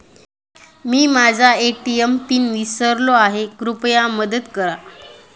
मी माझा ATM pin विसरलो आहे, कृपया मदत करा